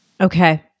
Okay